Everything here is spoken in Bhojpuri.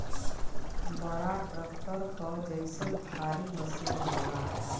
बड़ा ट्रक्टर क जइसन भारी मसीन होला